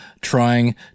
trying